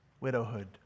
widowhood